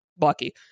lucky